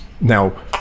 now